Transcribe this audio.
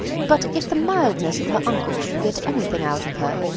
but if the mildness of her uncle should get anything out of her,